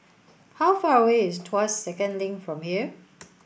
how far away is Tuas Second Link from here